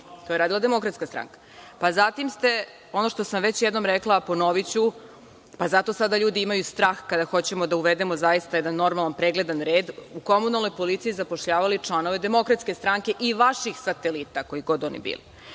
To je radila Demokratska stranka. Zatim ste, ono što sam već jednom rekla, a ponoviću, pa zato sada ljudi imaju strah kada hoćemo da uvedemo zaista jedan pregledan red, u komunalnoj policiji zapošljavali članove DS i vaših satelita, koji god oni bili.